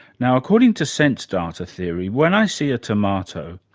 now, according to sense data theory, when i see a tomato,